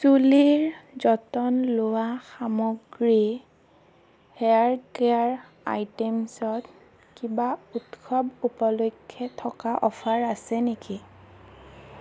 চুলিৰ যতন লোৱা সামগ্ৰী হেয়াৰ কেয়াৰ আইটেমচত কিবা উৎসৱ উপলক্ষে থকা অফাৰ আছে নেকি